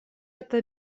это